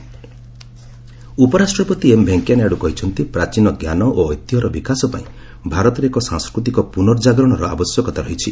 Naidu culture ଉପରାଷ୍ଟ୍ରପତି M Venkaiah Naidu କହିଛନ୍ତି ପ୍ରାଚୀନ ଜ୍ଞାନ ଓ ଐତିହ୍ୟର ବିକାଶ ପାଇଁ ଭାରତରେ ଏକ ସାଂସ୍କୃତିକ ପୁନର୍ଜାଗରଣର ଆବଶ୍ୟକତା ରହିଛି